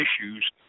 issues